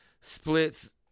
splits